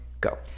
go